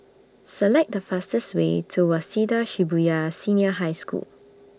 Select The fastest Way to Waseda Shibuya Senior High School